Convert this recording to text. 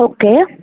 okay